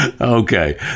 Okay